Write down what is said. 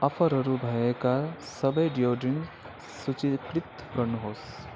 अफरहरू भएका सबै डियोड्रेन्टस सूचीकृत गर्नुहोस्